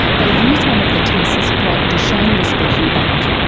they use one of the tests brad duchaine was speaking about,